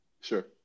Sure